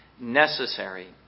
necessary